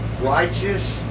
righteous